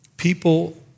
People